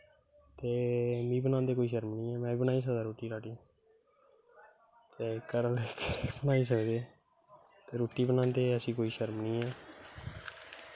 ते मीं बनांदे कोई शर्म नी ऐ में बनाई सकदा रुट्टी ते घर आह्ले बनाई सकदे रुट्टी बनांदी ऐसी कोई शर्म नी ऐ